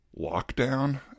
lockdown